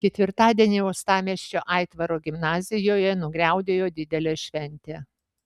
ketvirtadienį uostamiesčio aitvaro gimnazijoje nugriaudėjo didelė šventė